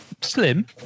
slim